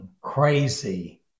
crazy